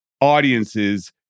audiences